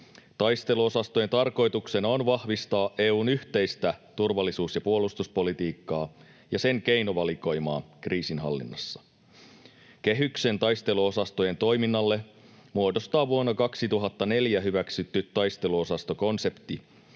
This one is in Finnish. Taisteluosastojen tarkoituksena on vahvistaa EU:n yhteistä turvallisuus- ja puolustuspolitiikkaa ja sen keinovalikoimaa kriisinhallinnassa. Kehyksen taisteluosastojen toiminnalle muodostaa vuonna 2004 hyväksytty taisteluosastokonsepti.